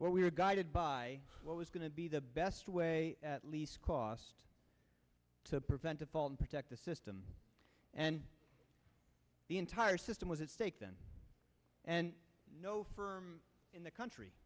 re we are guided by what was going to be the best way at least cost to prevent a fall and protect the system and the entire system was at stake then and no firm in the country